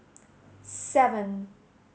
seven